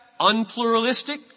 unpluralistic